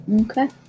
Okay